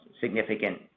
significant